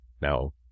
now